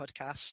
podcast